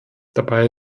dabei